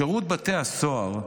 שירות בתי הסוהר,